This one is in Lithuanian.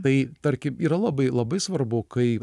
tai tarkim yra labai labai svarbu kai